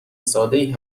سادهای